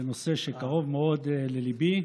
זה נושא שקרוב מאוד לליבי,